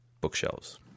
Bookshelves